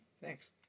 Thanks